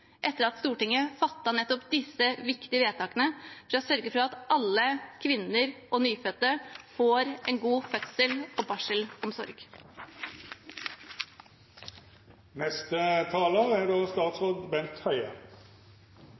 etter at Stortinget fattet nettopp disse viktige vedtakene, for å sørge for at alle kvinner og nyfødte får en god fødsels- og barselomsorg? Fødsel av et barn er